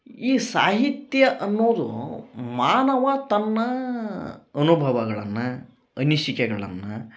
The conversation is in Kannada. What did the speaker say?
ಈ ಸಾಹಿತ್ಯ ಅನ್ನೋದೂ ಮಾನವ ತನ್ನ ಅನುಭವಗಳನ್ನ ಅನಿಸಿಕೆಗಳನ್ನ